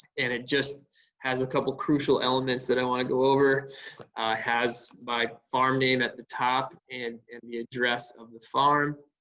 and it just has a couple crucial elements that i want to go over. it has my farm name at the top and and the address of the farm.